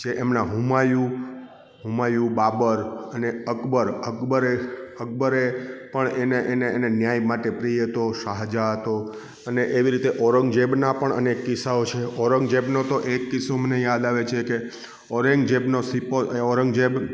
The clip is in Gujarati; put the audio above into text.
જે એમના હુમાયુ હુમાયુ બાબર અને અકબર અકબરે અકબરે પણ એને એને ન્યાય માટે પ્રિય હતો શાહજહાં તો અને એવી રીતે ઔરંગઝેબના પણ અનેક કિસ્સાઓ છે ઔરંગઝેબનો એક કિસ્સો મને યાદ આવે છે કે ઔરંગઝેબનો સિપો ઔરંગઝેબ